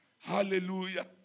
Hallelujah